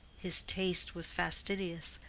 his taste was fastidious,